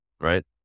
right